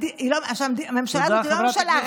וגם נהרי, חבר הכנסת לשעבר,